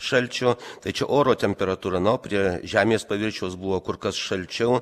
šalčio tai čia oro temperatūra na o prie žemės paviršiaus buvo kur kas šalčiau